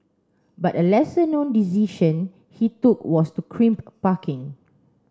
but a lesser known decision he took was to crimp parking